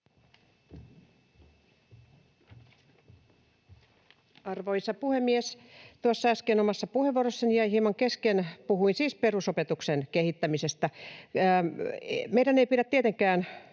Arvoisa puhemies! Tuossa äsken oma puheenvuoroni jäi hieman kesken, puhuin siis perusopetuksen kehittämisestä. Meidän ei pidä tietenkään